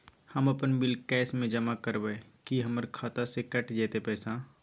हम अपन bill cash म जमा करबै की हमर खाता स कैट जेतै पैसा?